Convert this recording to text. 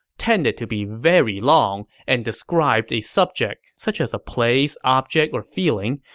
tended to be very long and described a subject, such as a place, object, or feeling,